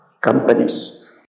companies